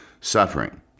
suffering